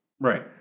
right